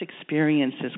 experiences